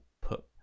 put